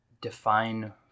define